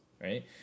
right